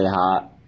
hot